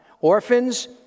Orphans